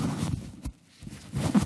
בבקשה.